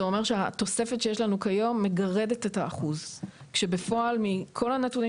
זה אומר שהתוספת שיש לנו היום מגרדת את ה-1% שבפועל כל הנותנים